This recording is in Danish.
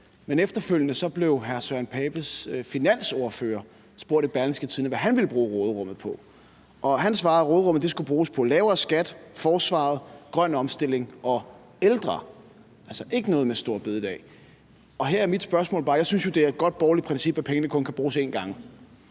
Men efterfølgende blev hr. Søren Pape Poulsens finansordfører spurgt i Berlingske, hvad han ville bruge råderummet på, og han svarede, at råderummet skulle bruges på lavere skat, forsvaret, grøn omstilling og ældre, altså ikke noget med store bededag. Og her har jeg bare et spørgsmål, for jeg synes jo, at det er et godt borgerligt princip, at pengene kun kan bruges en gang,